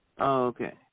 Okay